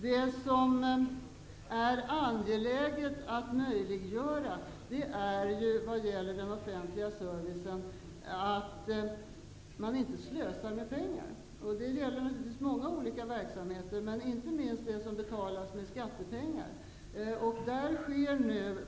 Det som är angeläget att möjliggöra i vad gäller den offentliga servicen är att inte slösa med pengar. Det gäller naturligtvis för många olika verksamheter, och inte minst för verksamheter som betalas med skattepengar.